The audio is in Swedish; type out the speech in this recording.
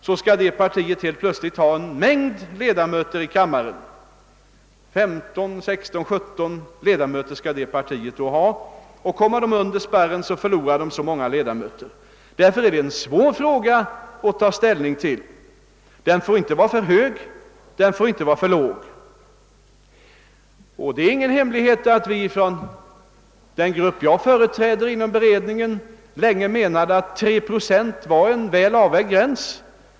Då skall det helt plötsligt ha ett stort antal ledamöter, kanske 15, 16 eller 17, i kammaren. Och om partiet kommer under spärrgränsen förlorar det ungefär lika många mandat. Denna fråga är därför svår att ta ställning till. Spärren får inte sättas för högt men inte heller för lågt. Det är väl ingen hemlighet att den grupp jag företräder inom beredningen länge ansåg att 3 procent var en väl avvägd gräns.